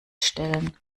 stellen